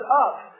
up